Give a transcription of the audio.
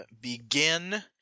begin